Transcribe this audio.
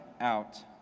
out